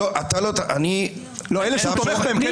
לא, אלה שהוא תומך בהם כן